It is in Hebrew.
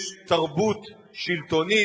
יש תרבות שלטונית,